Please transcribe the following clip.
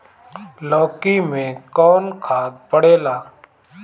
लौकी में कौन खाद पड़ेला?